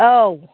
औ